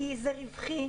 כי זה רווחי.